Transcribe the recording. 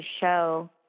show